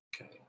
Okay